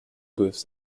booths